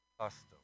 custom